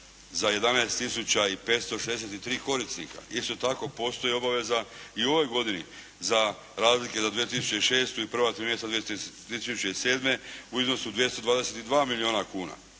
i 563 korisnika. Isto tako postoji obaveza i u ovoj godini za razlike za 2006. i prva tri mjeseca 2007. u iznosu 222 milijuna kuna.